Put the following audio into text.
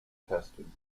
testing